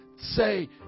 say